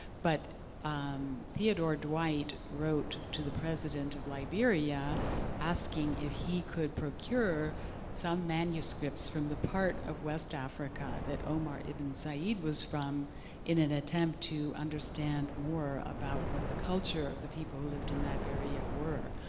but theodore dwight wrote to the president of liberia asking if he could procure some manuscripts from the part of west africa that omar ibn said was from in an attempt to understand more about what the culture of the people who lived in that area were.